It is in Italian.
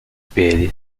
peli